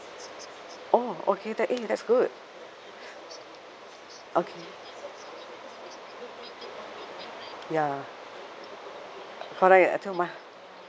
oh okay that eh that's good okay ya correct till my